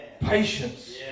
Patience